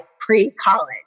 pre-college